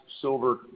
Silver